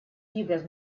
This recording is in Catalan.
fibres